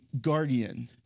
guardian